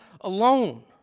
alone